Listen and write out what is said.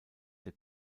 der